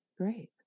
Great